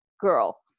Girl